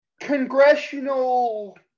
congressional